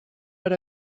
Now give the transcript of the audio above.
per